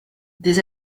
des